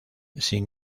sin